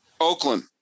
Oakland